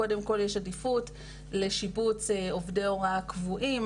קודם כל יש עדיפות לשיבוץ עובדי הוראה קבועים.